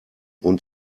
und